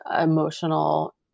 emotional